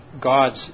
God's